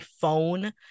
phone